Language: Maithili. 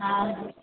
हँ